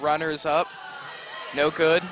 runners up no good